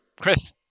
Chris